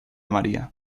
maría